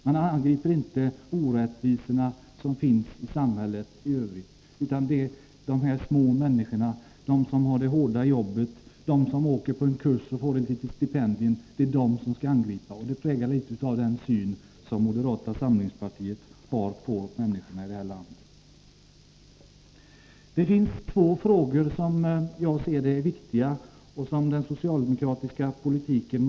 Man angriper inte de orättvisor som finns i samhället i övrigt, utan det är de små människorna, de som har det hårda jobbet, de som åker på en kurs och får ett litet stipendium som skall angripas. Det är två frågor som jag tycker är viktiga och som framöver måste tas upp i den socialdemokratiska politiken.